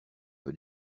peu